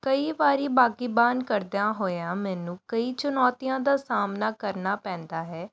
ਕਈ ਵਾਰੀ ਬਾਗਬਾਨੀ ਕਰਦਿਆਂ ਹੋਇਆਂ ਮੈਨੂੰ ਕਈ ਚੁਣੌਤੀਆਂ ਦਾ ਸਾਹਮਣਾ ਕਰਨਾ ਪੈਂਦਾ ਹੈ